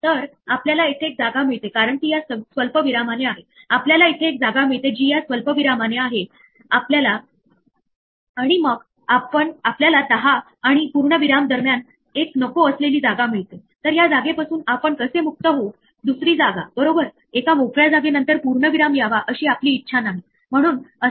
आता आपल्या जवळ दोन परिस्थिती आहे पहिली अशी की आपल्याकडे डिक्शनरी मध्ये बी साठी आधीपासूनच एन्ट्री आहे अशा परिस्थितीत आपण बी च्या अस्तित्वात असलेल्या लिस्ट स्कॉर्स एस सोबत जोडू इच्छितो दुसरी परिस्थिती अशी आहे की हा नवीन फलंदाज आहे बी साठी कुठलीही की नाही अशा परिस्थितीत आपण एस समाविष्ट असलेल्या लिस्ट बरोबर बी चा स्कोर सेट करून एक नवीन की निर्माण केली आहे